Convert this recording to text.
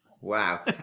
wow